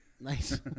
Nice